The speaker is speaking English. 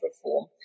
reform